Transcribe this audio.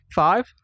Five